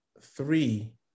three